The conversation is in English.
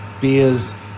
beers